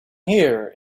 here